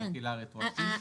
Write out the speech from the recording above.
תחילה רטרואקטיבית.